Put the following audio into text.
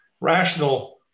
rational